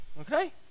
Okay